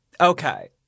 Okay